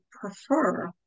prefer